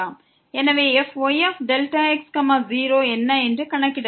எனவே fyΔx0 என்ன என்று கணக்கிடலாம்